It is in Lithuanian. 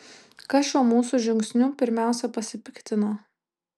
kas šiuo mūsų žingsniu pirmiausia pasipiktino